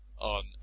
on